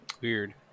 weird